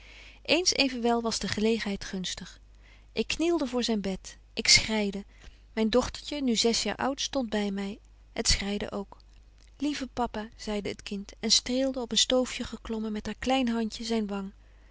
eens evenwel was de gelegenheid gunstig ik knielde voor zyn bed ik schreide myn dochtertje nu zes jaar oud stondt by my het schreide ook lieve papa zeide het kind en streelde op een stoofje geklommen met haar klein handje zyn wang